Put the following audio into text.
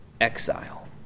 exile